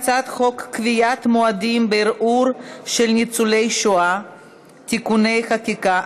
הצעת חוק ביטוח תאונות אישיות לתלמידים (תיקוני חקיקה),